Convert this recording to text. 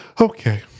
Okay